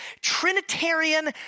Trinitarian